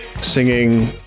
singing